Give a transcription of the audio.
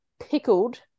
pickled